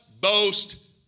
boast